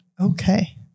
Okay